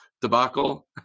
debacle